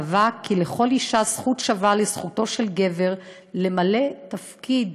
קבע כי לכל אישה זכות השווה לזכותו של גבר למלא תפקיד